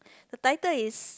the title is